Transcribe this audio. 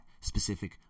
specific